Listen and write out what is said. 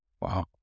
Wow